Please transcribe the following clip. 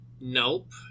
nope